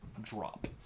drop